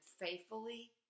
faithfully